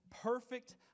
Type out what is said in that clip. perfect